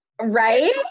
Right